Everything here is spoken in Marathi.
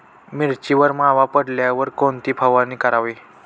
मिरचीवर मावा पडल्यावर कोणती फवारणी करावी?